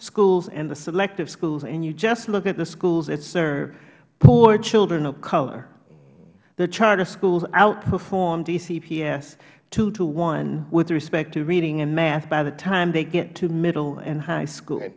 schools and the selective schools and you just look at the schools that serve poor children of color the charter schools outperform dcps two to one with respect to reading and math by the time they get to middle and high school